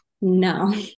No